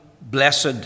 Blessed